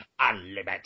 Unlimited